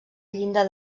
llinda